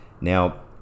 now